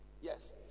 Yes